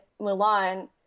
Mulan